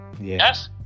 yes